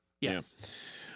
Yes